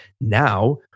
Now